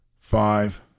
five